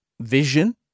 vision